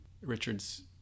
Richard's